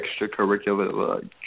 extracurricular